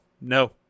no